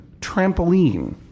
trampoline